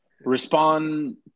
Respond